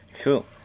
cool